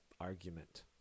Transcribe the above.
argument